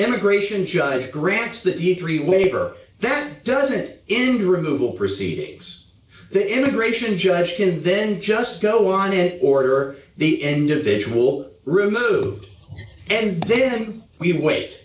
immigration judge grants that you three waiver that does it removal proceedings the immigration judge can then just go on to order the individual removed and then we wait